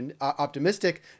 optimistic